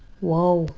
wow